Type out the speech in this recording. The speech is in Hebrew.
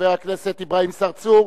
חבר הכנסת אברהים צרצור,